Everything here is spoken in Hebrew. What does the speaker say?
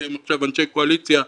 אתם עכשיו אנשי קואליציה,